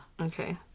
okay